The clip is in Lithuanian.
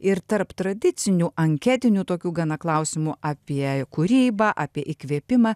ir tarp tradicinių anketinių tokių gana klausimų apie kūrybą apie įkvėpimą